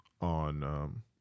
on